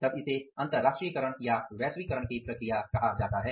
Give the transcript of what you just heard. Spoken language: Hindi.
तब इसे अंतर्राष्ट्रीयकरण या वैश्वीकरण की प्रक्रिया कहा जाता है